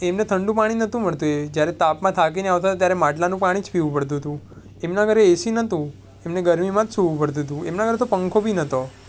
એમને ઠંડુ પાણી નહોતું મળતું એ જ્યારે તાપમાં થાકીને આવતા હતા ત્યારે માટલાંનું પાણી જ પીવું પડતું હતું એમના ઘરે એસી નહોતું એમને ગરમીમાં જ સૂવું પડતું હતું એમના ઘરે તો પંખો બી નતો